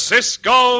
Cisco